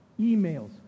emails